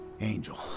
Angel